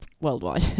worldwide